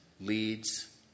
leads